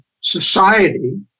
society